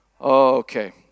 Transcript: Okay